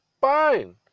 Fine